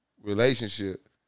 relationship